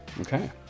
Okay